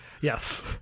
Yes